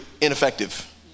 ineffective